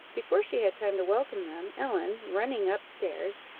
before she had time to welcome them, ellen, running up stairs,